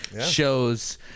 shows